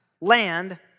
land